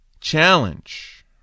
challenge